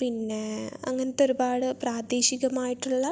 പിന്നെ അങ്ങനെത്തെ ഒരുപാട് പ്രാദേശികമായിട്ടുള്ള